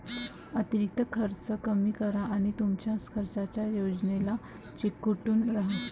अतिरिक्त खर्च कमी करा आणि तुमच्या खर्चाच्या योजनेला चिकटून राहा